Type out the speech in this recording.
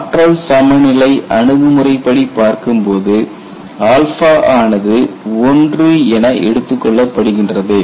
ஆற்றல் சமநிலை அணுகுமுறை படி பார்க்கும்போது ஆனது 1 என எடுத்துக் கொள்ளப்படுகிறது